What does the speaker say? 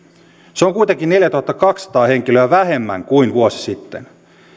se on kuitenkin neljätuhattakaksisataa henkilöä vähemmän kuin vuosi sitten